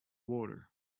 water